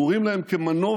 ברורים להם כמנוף